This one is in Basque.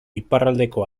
iparraldeko